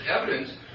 evidence